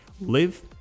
live